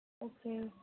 okay